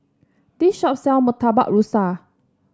this shop sells Murtabak Rusa